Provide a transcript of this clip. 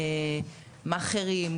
מעאכרים,